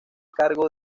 cargo